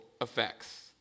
effects